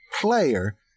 player